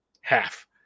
half